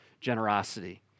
generosity